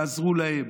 תעזרו להם,